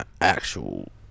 actual